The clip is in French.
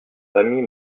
familles